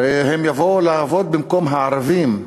הרי הם יבואו לעבוד במקום הערבים?